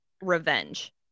revenge